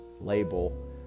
label